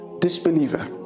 disbeliever